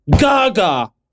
Gaga